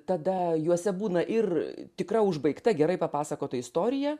tada juose būna ir tikra užbaigta gerai papasakota istorija